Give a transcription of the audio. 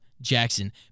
Jackson